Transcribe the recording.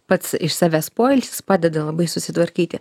pats iš savęs poilsis padeda labai susitvarkyti